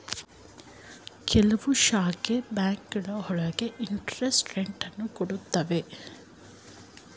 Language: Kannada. ಕೆಲವು ಖಾಸಗಿ ಬ್ಯಾಂಕ್ಗಳು ಒಳ್ಳೆಯ ಇಂಟರೆಸ್ಟ್ ರೇಟ್ ಅನ್ನು ಕೊಡುತ್ತವೆ